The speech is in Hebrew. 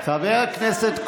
אתם חיים בסרט, חבר הכנסת כהן,